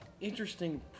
interesting